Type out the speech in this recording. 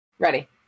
Ready